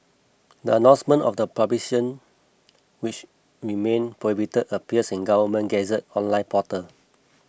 the announcement of the publication which remain prohibited appears in the Government Gazette's online portal